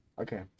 Okay